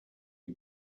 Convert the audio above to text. you